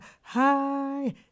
high